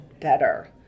better